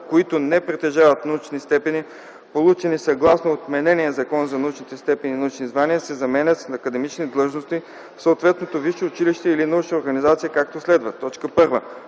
които не притежават научни степени, получени съгласно отменения Закон за научните степени и научните звания, се заменят с академични длъжности в съответното висше училище или научна организация, както следва: 1.